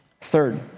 Third